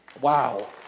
Wow